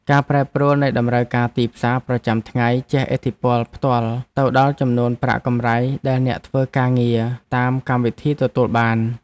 ការប្រែប្រួលនៃតម្រូវការទីផ្សារប្រចាំថ្ងៃជះឥទ្ធិពលផ្ទាល់ដល់ចំនួនប្រាក់កម្រៃដែលអ្នកធ្វើការងារតាមកម្មវិធីទទួលបាន។